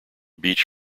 beech